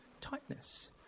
tightness